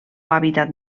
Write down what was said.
hàbitat